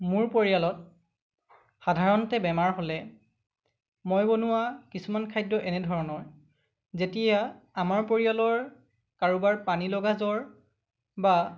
মোৰ পৰিয়ালত সাধাৰণতে বেমাৰ হ'লে মই বনোৱা কিছুমান খাদ্য এনেধৰণৰ যেতিয়া আমাৰ পৰিয়ালৰ কাৰোবাৰ পানীলগা জ্বৰ বা